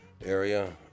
area